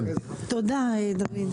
תודה, דוד.